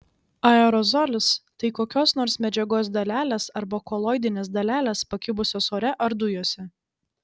aerozolis tai kokios nors medžiagos dalelės arba koloidinės dalelės pakibusios ore ar dujose